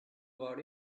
about